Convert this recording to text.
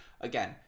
again